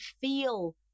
feel